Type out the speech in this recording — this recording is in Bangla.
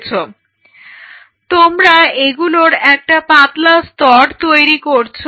তোমরা এগুলোর একটা পাতলা স্তর তৈরি করছো